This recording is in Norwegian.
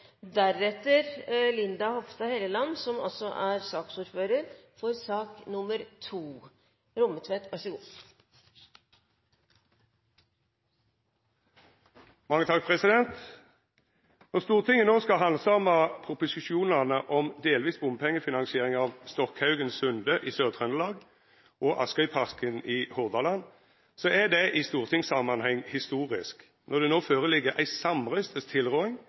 er det Linda C. Hofstad Helleland, som er ordfører for sak nr. 2. Når Stortinget no skal handsama proposisjonane om delvis bompengefinansiering av Stokkhaugen–Sunde i Sør-Trøndelag og Askøypakken i Hordaland, er det i stortingssamanheng historisk når det no ligg føre ei samrøystes tilråding